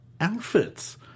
outfits